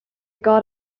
got